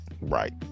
Right